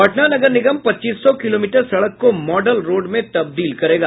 पटना नगर निगम पच्चीस सौ किलोमीटर सड़क को मॉडल रोड में तब्दील करेगा